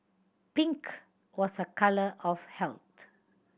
pink was a colour of health